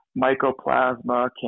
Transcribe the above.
mycoplasma